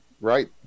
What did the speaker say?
right